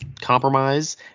compromise